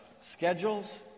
schedules